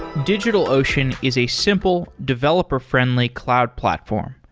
digitalocean is a simple, developer friendly cloud platform.